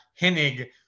hennig